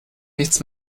nichts